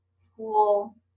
school